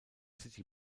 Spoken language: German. city